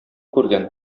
күргән